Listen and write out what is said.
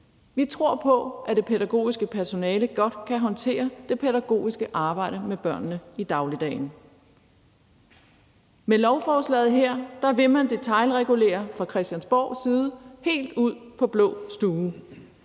Vi tror på, at det pædagogiske personale godt kan håndtere det pædagogiske arbejde med børnene i dagligdagen. Med lovforslaget her vil man detailregulere fra Christiansborgs side helt ude på blå stue,